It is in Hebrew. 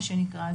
מה שנקרא,